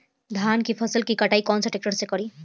धान के फसल के कटाई कौन सा ट्रैक्टर से करी?